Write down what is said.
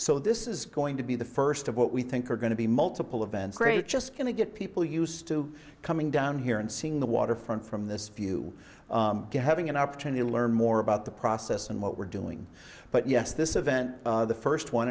so this is going to be the first of what we think are going to be multiple events great just going to get people used to coming down here and seeing the waterfront from this view having an opportunity to learn more about the process and what we're doing but yes this event the first one